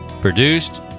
Produced